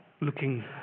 looking